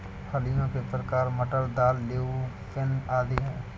फलियों के प्रकार मटर, दाल, ल्यूपिन आदि हैं